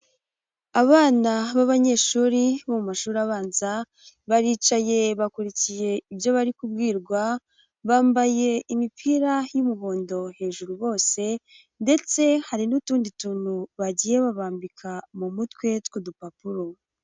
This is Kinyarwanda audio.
Abana b'abanyeshuri bo mu mashuri abanza, baricaye bakurikiye ibyo bari kubwirwa, bambaye imipira y'umuhondo hejuru bose ndetse hari n'utundi tuntu bagiye babambika mu mutwe tw'udupapuro.